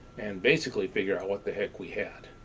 and basically figure out what the heck we had.